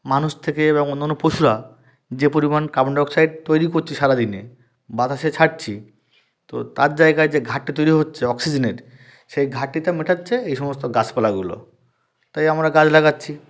মানুষ থেকে এবং অন্য অন্য পশুরা যে পরিমাণ কার্বন ডাই অক্সাইড তৈরি করছে সারাদিনে বাতাসে ছাড়ছি তো তার জায়গায় যে ঘাটতি তৈরি হচ্ছে অক্সিজেনের সেই ঘাটতিটা মেটাচ্ছে এই সমস্ত গাছপালাগুলো তাই আমরা গাছ লাগাচ্ছি